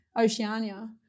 Oceania